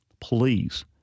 please